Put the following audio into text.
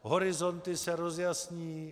Horizonty se rozjasní.